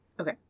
Okay